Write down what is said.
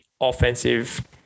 offensive